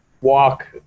walk